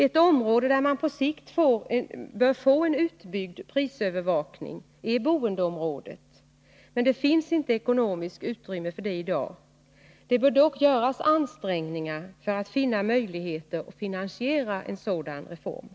Ett område där man på sikt bör få en utbyggd prisövervakning är boendeområdet, men det finns inte ekonomiskt utrymme för det i dag. Det bör dock göras ansträngningar för att finna möjligheter att finansiera en sådan reform.